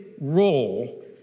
role